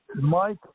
Mike